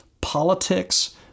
politics